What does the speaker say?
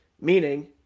meaning